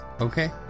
Okay